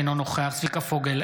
אינו נוכח צביקה פוגל,